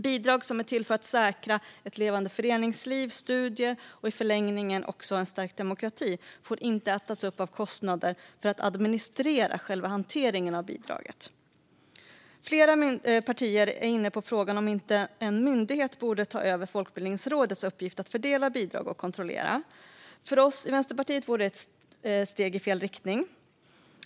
Bidrag som är till för att säkra ett levande föreningsliv, studier och i förlängningen en stärkt demokrati får inte ätas upp av kostnader för att administrera själva hanteringen av bidraget. Flera partier är inne på frågan om inte en myndighet borde ta över Folkbildningsrådets uppgift att fördela bidrag och kontrollera. För oss i Vänsterpartiet vore det ett steg i fel riktning.